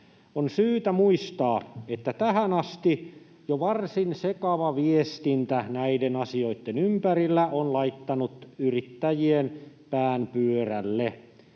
On syytä muistaa, että jo tähän asti varsin sekava viestintä näiden asioitten ympärillä on laittanut yrittäjien pään pyörälle.